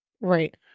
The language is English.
right